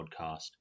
podcast